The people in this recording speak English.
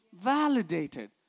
validated